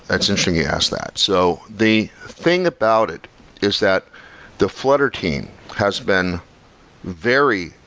it's interesting you asked that. so the thing about it is that the flutter team has been very,